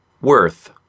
worth